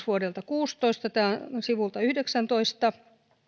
vuodelta kaksituhattakuusitoista tämä on sivulta yhdeksäntoista